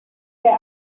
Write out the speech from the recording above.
their